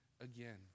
again